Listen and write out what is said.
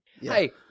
Hey